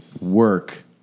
work